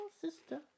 sister